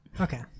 Okay